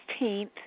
16th